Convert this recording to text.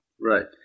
Right